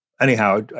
Anyhow